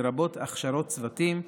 לרבות הכשרות צוותים,